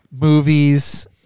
movies